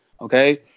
okay